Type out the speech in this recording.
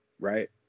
right